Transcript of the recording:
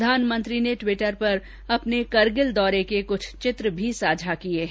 प्रधानमंत्री ने ट्विटर पर अपने करगिल दौरे के कुछ चित्र भी साझा किए हैं